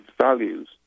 values